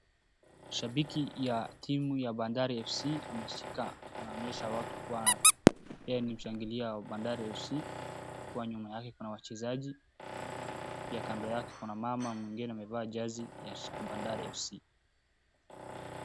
Shabiki ya timu ya bandari fc ameshika anaonyesha watu kuwa yeye ni mshangilia wa bandari fc Kwa nyuma yake kuna wachezaji pia kando yake kuna mama mwingine amevaa jezi ya salvadara fc.